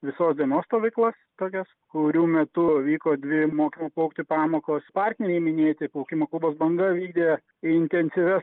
visos dienos stovyklas tokias kurių metu vyko dvi mokymo plaukti pamokos partneriai minėti plaukimo klubas banga vykdė intensyvias